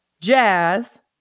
Jazz